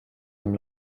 dem